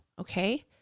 Okay